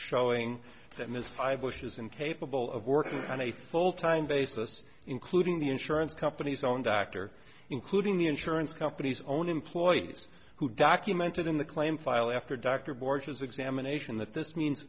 showing that ms five wishes incapable of working on a full time basis including the insurance company's own doctor including the insurance company's own employees who documented in the claim file after doctor borgia's examination that this means